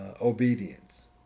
obedience